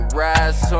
rise